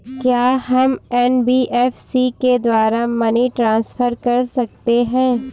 क्या हम एन.बी.एफ.सी के द्वारा मनी ट्रांसफर कर सकते हैं?